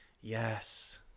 Yes